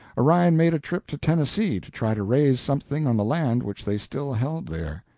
orion made a trip to tennessee to try to raise something on the land which they still held there.